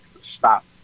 stop